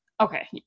Okay